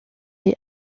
est